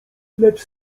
lecz